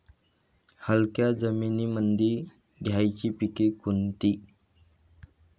हलक्या जमीनीमंदी घ्यायची पिके कोनची?